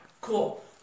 Cool